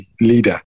leader